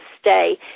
stay